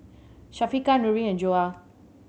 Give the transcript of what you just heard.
Syafiqah Nurin and Joyah